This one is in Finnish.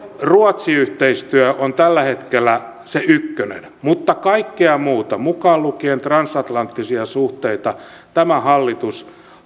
ruotsi yhteistyö on tällä hetkellä se ykkönen mutta kaikkea muuta mukaan lukien transatlanttisia suhteita tämä hallitus